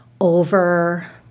over